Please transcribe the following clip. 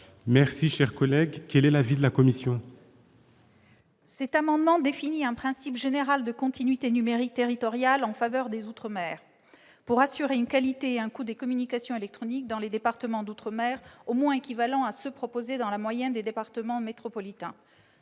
cet état de fait. Quel est l'avis de la commission ? Cet amendement définit un principe général de continuité numérique territoriale en faveur des outre-mer, pour assurer une qualité et un coût des communications électroniques dans les départements d'outre-mer au moins équivalents à ceux qui sont proposés dans la moyenne des départements métropolitains.